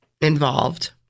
involved